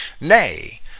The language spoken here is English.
Nay